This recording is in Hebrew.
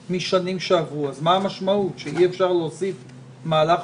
תיקבע בחוק התקציב השנתי כמשמעותו בחוק יסודות